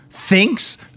Thinks